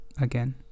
again